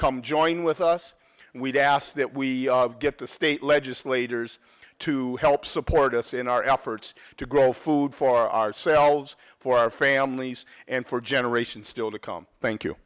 come join with us and we've asked that we get the state legislators to help support us in our efforts to grow food for ourselves for our families and for generations still to come thank you